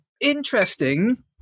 interesting